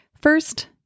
First